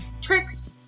tricks